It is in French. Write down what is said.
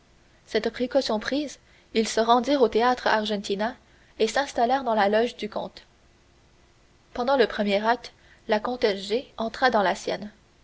cette précaution prise ils se rendirent au théâtre argentina et s'installèrent dans la loge du comte pendant le premier acte la comtesse g entra dans la sienne